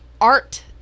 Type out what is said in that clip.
art